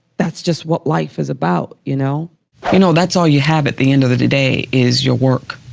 that's just what life is about, you know you know, that's all you have at the end of the day is your work